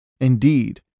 Indeed